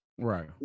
Right